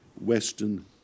Western